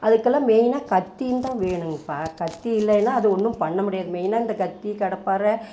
அதுக்கெல்லாம் மெயினாக கத்தியுந்தான் வேணுங்கம்பா கத்தி இல்லையினா அது ஒன்றும் பண்ணமுடியாது மெயினாக இந்த கத்தி கடப்பாரை